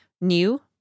new